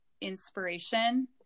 inspiration